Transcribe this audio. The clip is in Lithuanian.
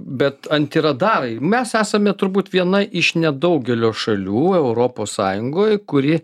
bet antiradarai mes esame turbūt viena iš nedaugelio šalių europos sąjungoj kuri